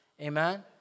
Amen